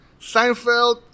Seinfeld